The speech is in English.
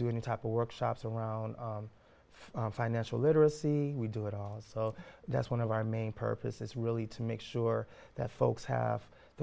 do any type of workshops around financial literacy we do it all so that's one of our main purpose is really to make sure that folks have the